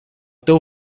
teu